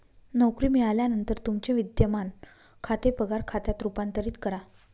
नोकरी मिळाल्यानंतर तुमचे विद्यमान खाते पगार खात्यात रूपांतरित करा